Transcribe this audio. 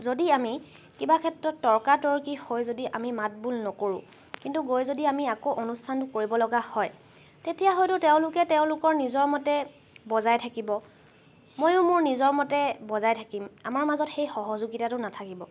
যদি আমি কিবা ক্ষেত্ৰত তৰ্কা তৰ্কি হৈ যদি আমি মাত বোল নকৰোঁ কিন্তু গৈ যদি আমি আকৌ অনুষ্ঠান কৰিব লগা হয় তেতিয়া হয়তো তেওঁলোকে তেওঁলোকৰ নিজৰ মতে বজাই থাকিব ময়ো মোৰ নিজৰ মতে বজাই থাকিম আমাৰ মাজত সেই সহযোগিতাটো নাথাকিব